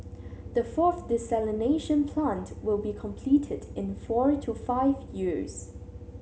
the fourth desalination plant will be completed in four to five years